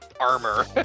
armor